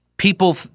People